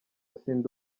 sindi